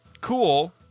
cool